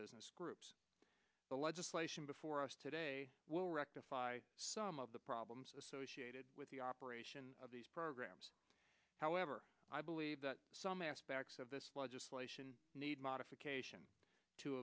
business groups the legislation before us today will rectify some of the problems associated with the operation of these programs however i believe that some aspects of this legislation need modification to